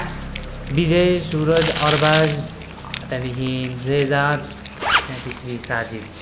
विजय सुरज अरबाज त्यहाँदेखि जेजाद त्यहाँपछि साजिद